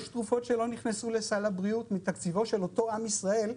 יש תרופות שלא נכנסו לסל הבריאות מתקציבו של אותו עם ישראל,